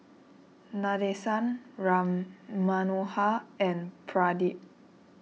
Nadesan Ram Manohar and Pradip